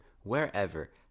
wherever